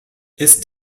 ist